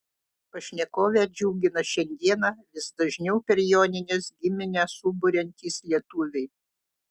pašnekovę džiugina šiandieną vis dažniau per jonines giminę suburiantys lietuviai